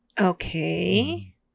Okay